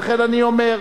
לכן אני אומר,